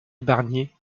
barnier